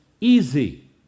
easy